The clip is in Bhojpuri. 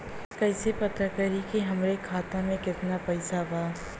कइसे पता करि कि हमरे खाता मे कितना पैसा बा?